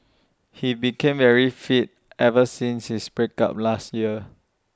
he became very fit ever since his break up last year